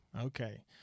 Okay